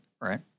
right